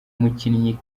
mukinnyi